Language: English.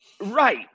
Right